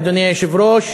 אדוני היושב-ראש,